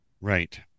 Right